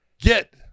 Get